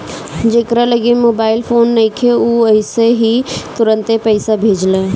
जेकरा लगे mobile phone नइखे उ अइसे ही तुरंते पईसा भेजेला